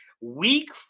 Week